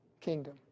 kingdom